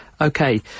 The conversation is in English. Okay